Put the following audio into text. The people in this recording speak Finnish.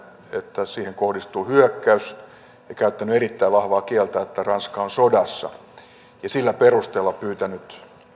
että siihen kohdistuu hyökkäys ja käyttänyt erittäin vahvaa kieltä että ranska on sodassa ja sillä perusteella pyytänyt